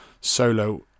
solo